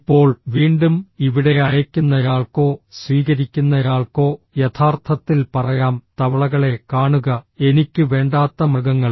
ഇപ്പോൾ വീണ്ടും ഇവിടെ അയയ്ക്കുന്നയാൾക്കോ സ്വീകരിക്കുന്നയാൾക്കോ യഥാർത്ഥത്തിൽ പറയാം തവളകളെ കാണുക എനിക്ക് വേണ്ടാത്ത മൃഗങ്ങൾ